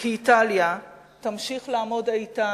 כי איטליה תמשיך לעמוד איתן,